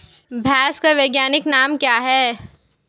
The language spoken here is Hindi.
भैंस का वैज्ञानिक नाम क्या है?